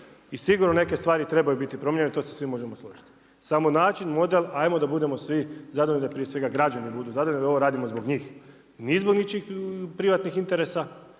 i sigurno neke stvari trebaju biti promijenjene i tu se svi možemo složiti. Samo način, model ajmo da budemo svi zadovoljni da prije svega građani budu zadovoljni jer ovo radimo zbog njih, ni zbog ničijih privatnih interesa